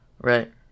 Right